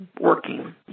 working